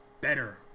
better